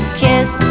kiss